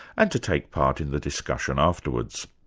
and to take part in the discussion afterwards.